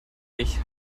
nicht